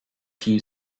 few